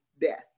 death